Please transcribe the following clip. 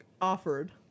offered